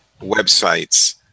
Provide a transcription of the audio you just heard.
Websites